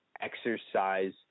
exercise